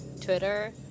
Twitter